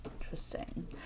Interesting